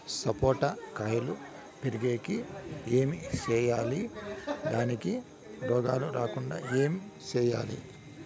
సపోట కాయలు పెరిగేకి ఏమి సేయాలి దానికి రోగాలు రాకుండా ఏమి సేయాలి?